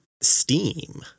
Steam